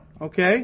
Okay